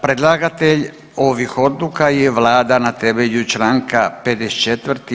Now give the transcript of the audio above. Predlagatelj ovih odluka je vlada na temelju čl. 54.